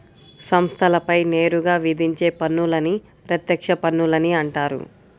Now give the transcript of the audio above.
సంస్థలపై నేరుగా విధించే పన్నులని ప్రత్యక్ష పన్నులని అంటారు